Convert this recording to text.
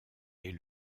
est